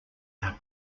our